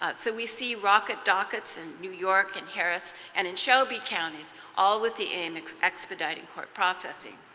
ah so we see rocket dockets in new york and harris and in shelby counties, all with the aim of expediting court processing.